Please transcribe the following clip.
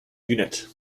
unit